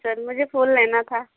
sir मुझे फूल लेना था